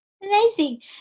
Amazing